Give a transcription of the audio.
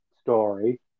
story